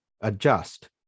adjust